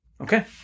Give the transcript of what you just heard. Okay